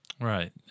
Right